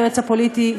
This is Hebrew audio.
היועץ הפוליטי,